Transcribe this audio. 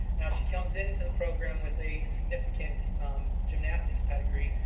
now she comes into the program with a significant gymnastics pedigree,